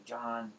John